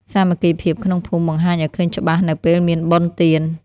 សាមគ្គីភាពក្នុងភូមិបង្ហាញឱ្យឃើញច្បាស់នៅពេលមានបុណ្យទាន។